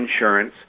insurance